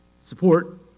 support